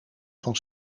van